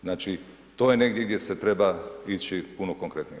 Znači, to je negdje gdje se treba ići puno konkretnije.